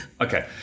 Okay